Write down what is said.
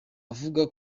avuga